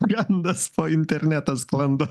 gandas po internetą sklando